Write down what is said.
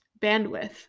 bandwidth